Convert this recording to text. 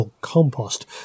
compost